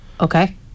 Okay